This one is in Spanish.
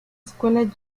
escuela